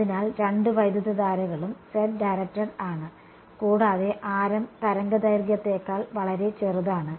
അതിനാൽ രണ്ട് വൈദ്യുതധാരകളും z ഡയറക്ടഡ് ആണ് കൂടാതെ ആരം തരംഗദൈർഘ്യത്തേക്കാൾ വളരെ ചെറുതാണ്